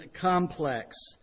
Complex